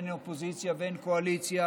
אין אופוזיציה ואין קואליציה,